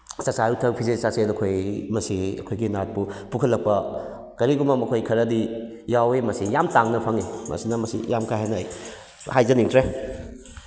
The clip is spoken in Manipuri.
ꯆꯛꯆꯥ ꯌꯨꯊꯛ ꯐꯤꯖꯦꯠ ꯆꯥꯛꯆꯦꯠ ꯑꯩꯈꯣꯏ ꯃꯁꯤ ꯑꯩꯈꯣꯏꯒꯤ ꯅꯥꯠꯄꯨ ꯄꯨꯈꯠꯂꯛꯄ ꯀꯔꯤꯒꯨꯝꯕ ꯃꯈꯣꯏ ꯈꯔꯗꯤ ꯌꯥꯎꯏ ꯃꯁꯤ ꯌꯥꯝꯅ ꯇꯥꯡꯅ ꯐꯪꯏ ꯃꯁꯤꯅ ꯃꯁꯤ ꯌꯥꯝꯅ ꯀꯥꯏꯍꯜꯂꯛꯏ ꯍꯥꯏꯖꯅꯤꯡꯗ꯭ꯔꯦ